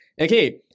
Okay